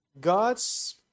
God's